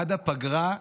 עד הפגרה,